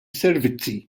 servizzi